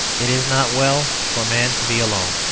it is not well for man to be alone.